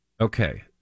Okay